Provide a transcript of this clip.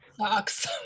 Sucks